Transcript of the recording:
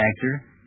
actor